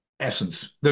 essence